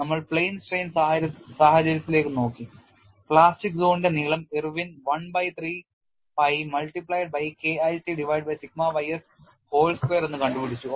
നമ്മൾ plane strain സാഹചര്യത്തിലേക്ക് നോക്കി പ്ലാസ്റ്റിക് സോണിന്റെ നീളം Irwin 1 by 3 pi multiplied by K IC divided by sigma ys whole square എന്ന് കണ്ടുപിടിച്ചു